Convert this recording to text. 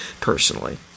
personally